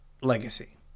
legacy